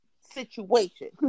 situation